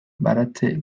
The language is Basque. baratze